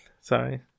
Sorry